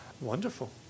Wonderful